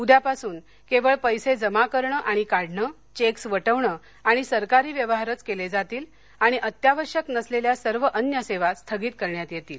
उद्यापासून केवळ पैसे जमा करणे आणि काढणे चेक्स वटविणे आणि सरकारी व्यवहारच केले जातील आणि अत्यावश्यक नसलेल्या सर्व अन्य सेवा स्थगित करण्यात येतील